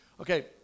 Okay